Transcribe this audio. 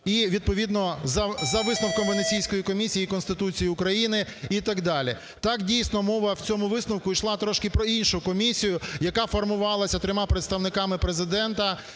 і відповідно за висновком Венеційської комісії і Конституції України і так далі. Так, дійсно, мова в цьому висновку йшла трошки про іншу комісію, яка формувалася трьома представниками Президента,